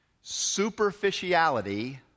superficiality